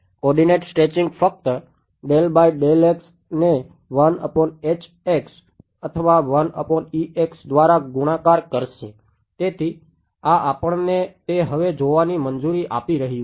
coordinated stretching ફક્ત ને અથવા દ્વારા ગુણાકાર કરશે તેથી આ આપણને તે હવે જોવાની મંજૂરી આપી રહ્યું છે